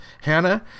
Hannah